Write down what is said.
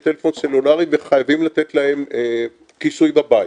יש טלפון סלולרי וחייבים לתת להם כיסוי בבית.